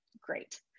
great